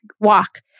walk